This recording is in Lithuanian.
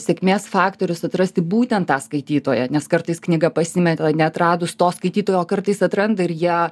sėkmės faktorius atrasti būtent tą skaitytoją nes kartais knyga pasimeta neatradus to skaitytojo o kartais atranda ir jie